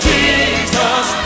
Jesus